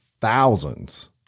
thousands